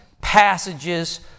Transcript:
passages